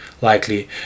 likely